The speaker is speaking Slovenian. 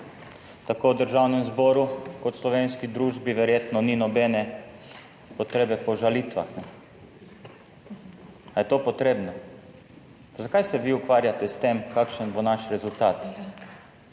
tako v državnem zboru kot v slovenski družbi verjetno ni nobene potrebe po žalitvah. Ali je to potrebno? Zakaj se vi ukvarjate s tem, kakšen bo naš rezultat?